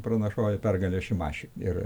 pranašauja pergalę šimašiui ir